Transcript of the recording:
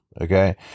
okay